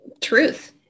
truth